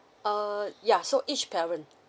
uh yeah so each parent